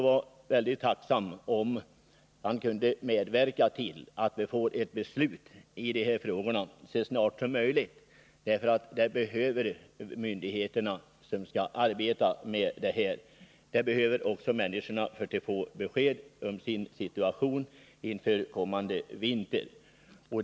Jag vore också tacksam om han kunde medverka till att man så snart som möjligt kommer fram till ett beslut i de här frågorna. Myndigheterna i Värmland behöver ett sådant, och människorna behöver också få ett besked om hur deras situation kommer att bli inför den kommande vintern.